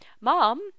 Mom